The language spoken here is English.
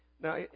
Now